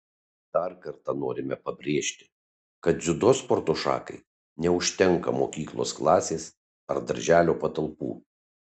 dar kartą norime pabrėžti kad dziudo sporto šakai neužtenka mokyklos klasės ar darželio patalpų